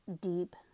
deep